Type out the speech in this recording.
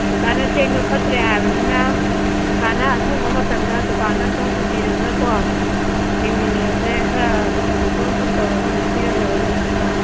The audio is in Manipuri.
ꯀꯀꯥꯅ ꯆꯦꯡꯗꯣ ꯐꯠꯇ꯭ꯔꯦ ꯍꯥꯏꯔꯕꯅꯤꯅ ꯀꯀꯥꯅ ꯑꯁꯪꯕ ꯃꯇꯝꯗ ꯗꯨꯀꯥꯟꯗ ꯑꯃꯨꯛꯇꯪ ꯄꯨꯕꯤꯔꯒꯀꯣ ꯌꯦꯡꯃꯤꯟꯅꯔꯁꯦ ꯈꯔ ꯑꯗꯨꯝ ꯌꯦꯡꯊꯣꯛ ꯌꯦꯡꯁꯤꯟ ꯇꯧꯔꯒ ꯑꯃꯨꯛ ꯄꯤꯔ ꯂꯣꯏꯔꯦ ꯀꯩꯅꯣ ꯀꯀꯥ